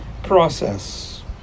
process